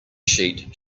sheet